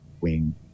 wing